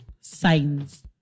signs